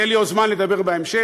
יהיה לי עוד זמן לדבר בהמשך,